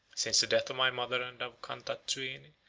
since the death of my mother and of cantacuzene,